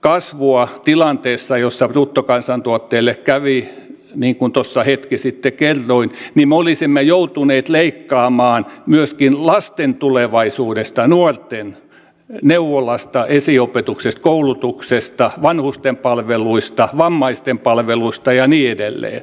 kasvua tilanteessa jossa bruttokansantuotteelle kävi niin kuin tuossa hetki sitten kerroin me olisimme joutuneet leikkaamaan myöskin lasten ja nuorten tulevaisuudesta neuvolasta esiopetuksesta koulutuksesta vanhusten palveluista vammaisten palveluista ja niin edelleen